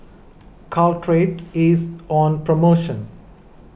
Caltrate is on promotion